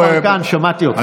חבר הכנסת יברקן, שמעתי אותך.